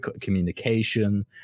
communication